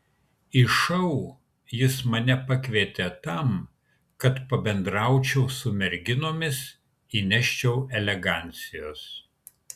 į šou jis mane pakvietė tam kad pabendraučiau su merginomis įneščiau elegancijos